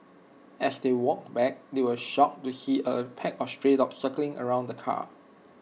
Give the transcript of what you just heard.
as they walked back they were shocked to see A pack of stray dogs circling around the car